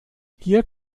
hier